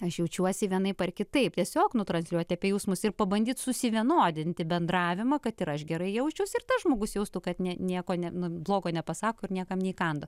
aš jaučiuosi vienaip ar kitaip tiesiog nu transliuoti apie jausmus ir pabandyti susivienodinti bendravimą kad ir aš gerai jausčiausi ir tas žmogus jaustų kad ne nieko blogo nepasako ir niekam neįkando